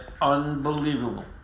unbelievable